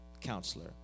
counselor